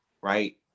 right